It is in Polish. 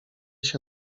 się